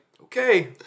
okay